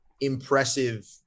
impressive